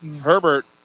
Herbert